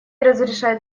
разрешает